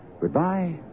goodbye